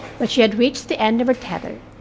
but she had reached the end of her tether,